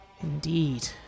Indeed